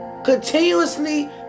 Continuously